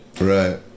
right